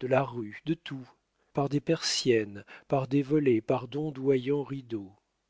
de la rue de tout par des persiennes par des volets par d'ondoyants